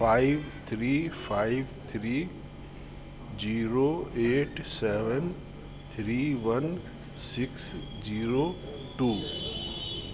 five three five three zero eight seven three one six zero two